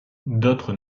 d’autres